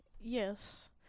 Yes